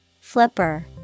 Flipper